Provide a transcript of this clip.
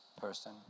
person